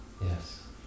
Yes